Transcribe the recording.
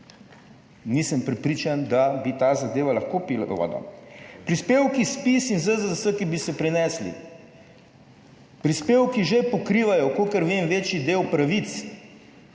Nisem prepričan, da bi ta zadeva lahko pila vodo. Prispevki ZPIZ in ZZZS, ki bi se prenesli. Prispevki že pokrivajo, kolikor vem, večji del pravic,